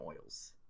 oils